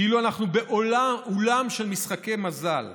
כאילו אנחנו באולם של משחקי מזל.